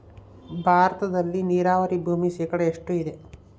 ಭಾರತದಲ್ಲಿ ನೇರಾವರಿ ಭೂಮಿ ಶೇಕಡ ಎಷ್ಟು ಇದೆ?